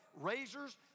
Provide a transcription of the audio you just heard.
Razors